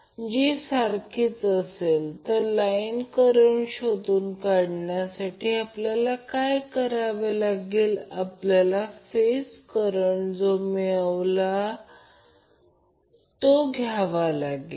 तर याचा अर्थ इथे म्हणूनच हे IAB Van Z ∆ s लिहित आहे जे प्रत्यक्षात काहीच नाही परंतु Vab आपल्याला ते फेजर आकृती Z∆ मिळाले जे VAB Z आहे